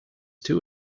two